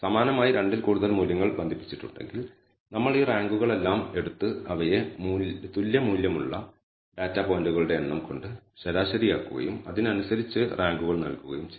സമാനമായി 2 ൽ കൂടുതൽ മൂല്യങ്ങൾ ബന്ധിപ്പിച്ചിട്ടുണ്ടെങ്കിൽ നമ്മൾ ഈ റാങ്കുകളെല്ലാം എടുത്ത് അവയെ തുല്യ മൂല്യങ്ങളുള്ള ഡാറ്റാ പോയിന്റുകളുടെ എണ്ണം കൊണ്ട് ശരാശരിയാക്കുകയും അതിനനുസരിച്ച് റാങ്കുകൾ നൽകുകയും ചെയ്യും